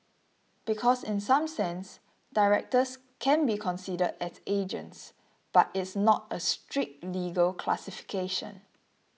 because in some sense directors can be considered as agents but it's not a strict legal classification